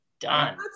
done